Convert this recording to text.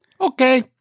Okay